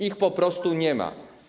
Ich po prostu nie ma.